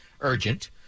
urgent